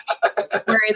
whereas